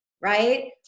right